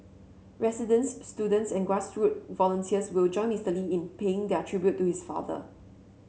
residents students and grass root volunteers will join Mister Lee in paying their tribute to his father